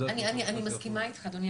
אני מסכימה איתך, אדוני.